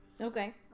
Okay